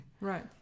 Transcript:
Right